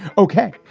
ok,